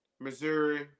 Missouri